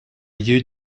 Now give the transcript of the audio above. you